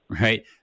right